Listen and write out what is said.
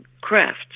crafts